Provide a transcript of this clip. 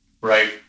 Right